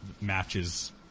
matches